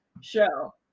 show